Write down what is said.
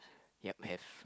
ya have